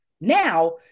Now